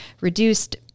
reduced